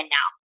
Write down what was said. now